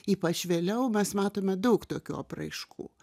ypač vėliau mes matome daug tokių apraiškų